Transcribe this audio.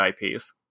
ips